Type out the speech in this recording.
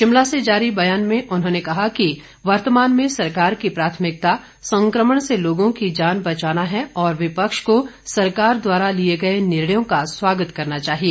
शिमला से जारी बयान में उन्होंने कहा कि वर्तमान में सरकार की प्राथमिकता संकमण से लोगों की जान बचाना है और विपक्ष को सरकार द्वारा लिए गए निर्णयों का स्वागत करना चाहिए